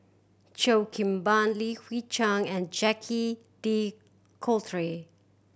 Cheo Kim Ban Li Hui Cheng and Jacque De Coutre